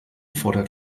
fordert